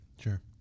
Sure